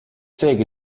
seegi